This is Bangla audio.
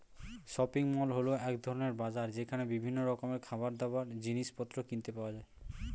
শপিং মল হল এক ধরণের বাজার যেখানে বিভিন্ন রকমের খাবারদাবার, জিনিসপত্র কিনতে পাওয়া যায়